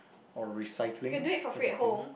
or recycling type of thing